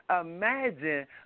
imagine